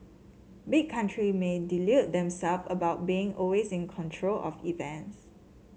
big country may delude them self about being always in control of events